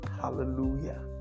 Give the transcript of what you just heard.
hallelujah